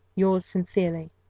yours sincerely,